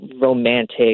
romantic